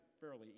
fairly